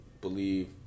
believe